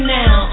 now